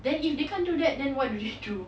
then if they can't do that then what will you do